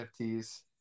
NFTs